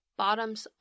bottoms